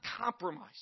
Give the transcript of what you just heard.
compromise